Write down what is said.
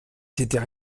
c’était